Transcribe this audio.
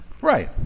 Right